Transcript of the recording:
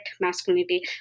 masculinity